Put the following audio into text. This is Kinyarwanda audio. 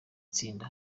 tsinda